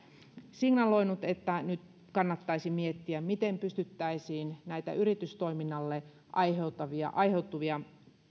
signaloinut että nyt kannattaisi miettiä miten pystyttäisiin näitä yritystoiminnalle aiheutuvia aiheutuvia